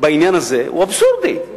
בעניין הזה הוא אבסורדי.